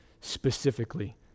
specifically